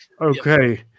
Okay